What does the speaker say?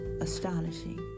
astonishing